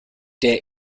der